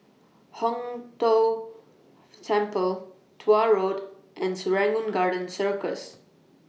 Hong Tho Temple Tuah Road and Serangoon Garden Circus